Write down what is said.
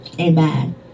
Amen